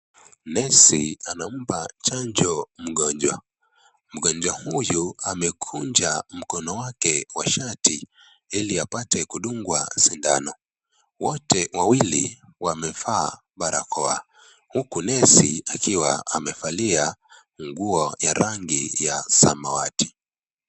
Nesi anampa chanjom mgonjwa. Mgonjwa huyu amekunja mkono wake wa shati, ili apate kudngwa sindano. Wote wawili wamevaa barakoa. Huku nesi akiwa amevalia nguo ya rangi ya samawati.